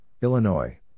Illinois